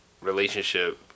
relationship